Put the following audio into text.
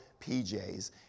PJs